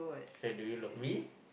so do you love me